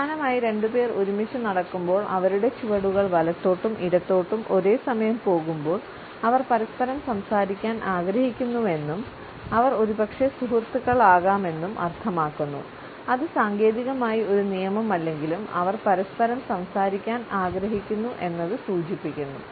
അവസാനമായി രണ്ടുപേർ ഒരുമിച്ച് നടക്കുമ്പോൾ അവരുടെ ചുവടുകൾ വലത്തോട്ടും ഇടത്തോട്ടും ഒരേ സമയം പോകുമ്പോൾ അവർ പരസ്പരം സംസാരിക്കാൻ ആഗ്രഹിക്കുന്നുവെന്നും അവർ ഒരുപക്ഷേ സുഹൃത്തുക്കളാകാമെന്നും അർത്ഥമാക്കുന്നു അത് സാങ്കേതികമായി ഒരു നിയമമല്ലെങ്കിലും അവർ പരസ്പരം സംസാരിക്കാൻ ആഗ്രഹിക്കുന്നു എന്നത് സൂചിപ്പിക്കുന്നു